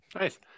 nice